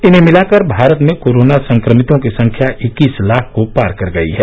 इन्हें मिलाकर भारत में कोरोना संक्रमितों की संख्या इक्कीस लाख को पार कर गई है